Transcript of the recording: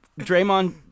Draymond